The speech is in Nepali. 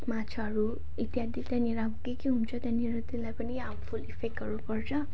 माछाहरू इत्यादि त्यहाँनिर के के हुन्छ त्यहाँनिर त्यसलाई पनि हार्मफुल इफेक्टहरू पर्छ